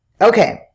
okay